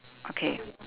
okay